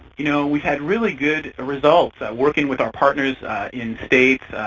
you know, we've had really good results working with our partners in states,